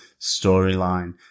storyline